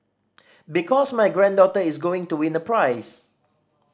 because my granddaughter is going to win a prize